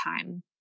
time